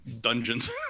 dungeons